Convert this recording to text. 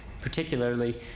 Particularly